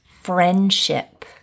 friendship